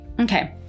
Okay